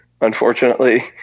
unfortunately